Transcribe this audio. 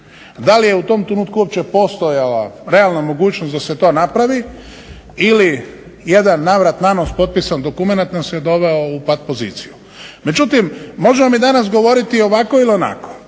Da li je u tom trenutku uopće postojala realna mogućnost da se to napravi ili jedan navrat-na nos potpisan dokumenat nas je doveo u pat-poziciju. Međutim, možemo mi danas govoriti ovako ili